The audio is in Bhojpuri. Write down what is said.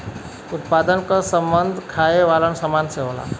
उत्पादन क सम्बन्ध खाये वालन सामान से होला